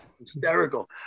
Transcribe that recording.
hysterical